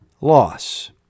Loss